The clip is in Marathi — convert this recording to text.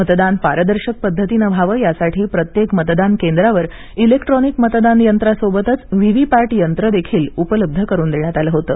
मतदान पारदर्शक पद्धतीनं व्हावं यासाठी प्रत्येक मतदान केंद्रावर इलेक्ट्रोनिक मतदान यंत्रान बरोबरच व्ही व्ही पॅट यंत्रही उपलब्ध करून देण्यात आलं होतं